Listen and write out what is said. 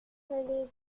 bons